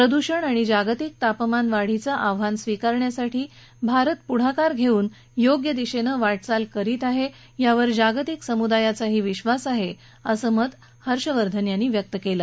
प्रदूषण आणि जागतिक तापमानवाढीचं आव्हान स्विकारण्यासाठी भारत पुढाकार घेऊन योग्य दिशेनं वाटचाल करत आहे यावर जागतिक समुदायाचाही विश्वास आहे असं मत ही हर्षवर्धन यांनी व्यक्त केलं